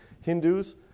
Hindus